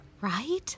Right